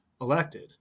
elected